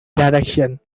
direction